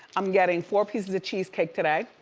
i'm getting four pieces of cheesecake today,